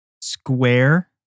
square